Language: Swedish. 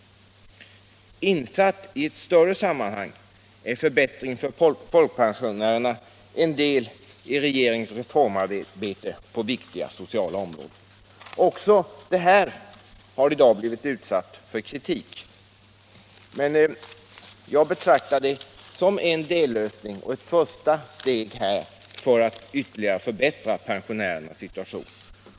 Insatt i ett större sammanhang är förbättring för folkpensionärerna en del i regeringens reformarbete på det viktiga sociala området. Också detta förslag har i dag blivit utsatt för kritik. Jag betraktar det dock som en dellösning och ett första steg för att ytterligare förbättra pensionärernas situation.